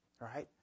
right